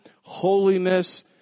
holiness